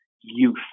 youth